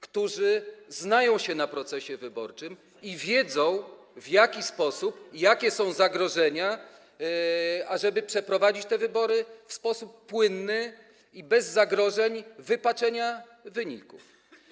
którzy znają się na procesie wyborczym i wiedzą, w jaki sposób - i jakie są tu zagrożenia - przeprowadzić te wybory w sposób płynny i bez zagrożenia wypaczeniem wyników.